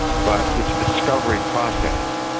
but it's discovery process.